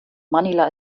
manila